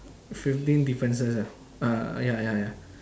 fifteen differences ah uh ya ya ya